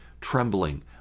trembling